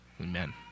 Amen